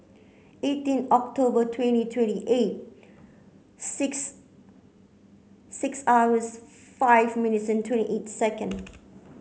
eighteen October twenty twenty eight six six hours five minutes and twenty eight second